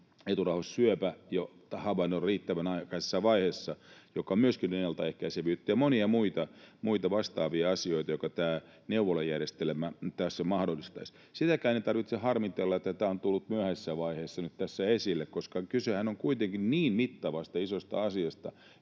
eturauhassyöpä havainnoida jo riittävän aikaisessa vaiheessa, mikä on myöskin ennaltaehkäisevyyttä, ja monia muita vastaavia asioita, jotka tämä neuvolajärjestelmä tässä mahdollistaisi. Sitäkään ei tarvitse harmitella, että tämä on tullut myöhäisessä vaiheessa nyt tässä esille, koska kysehän on kuitenkin niin mittavasta ja isosta asiasta,